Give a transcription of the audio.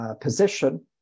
position